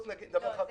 לא,